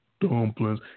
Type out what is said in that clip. Dumplings